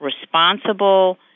responsible